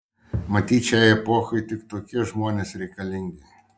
matyt šiai epochai tik tokie žmonės reikalingi